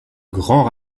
grands